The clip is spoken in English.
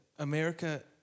America